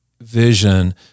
vision